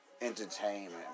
Entertainment